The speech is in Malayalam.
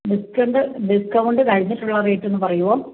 ഡിസ്കണ്ട് ഡിസ്കൗണ്ട് കഴിഞ്ഞിട്ടുള്ള റേറ്റൊന്ന് പറയുമോ